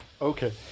Okay